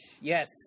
yes